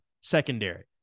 Secondary